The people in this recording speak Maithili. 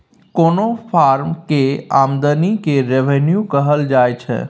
कोनो फर्म केर आमदनी केँ रेवेन्यू कहल जाइ छै